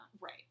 Right